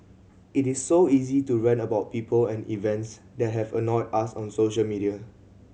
it is so easy to rant about people and events that have annoyed us on social media